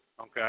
Okay